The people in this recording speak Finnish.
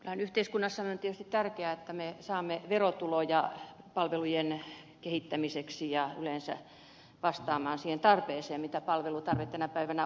kyllähän yhteiskunnassamme on tietysti tärkeää että me saamme verotuloja palvelujen kehittämiseksi ja jotta yleensä pystymme vastaamaan siihen tämän päivän palvelutarpeeseen